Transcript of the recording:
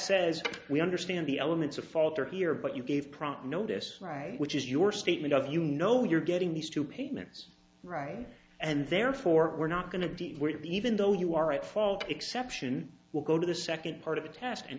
says we understand the elements of falter here but you gave prompt notice right which is your statement of you know you're getting these two payments right and therefore we're not going to deal with even though you are at fault exception will go to the second part of the task and